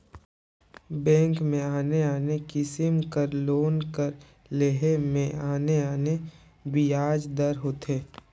bank में आने आने किसिम कर लोन कर लेहे में आने आने बियाज दर होथे